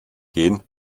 gehen